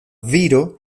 viro